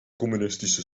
communistische